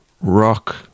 rock